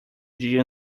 dia